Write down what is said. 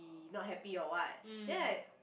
he not happy or what then I